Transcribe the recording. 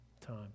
time